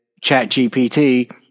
ChatGPT